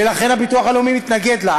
ולכן הביטוח הלאומי מתנגד לה.